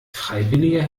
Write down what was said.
freiwillige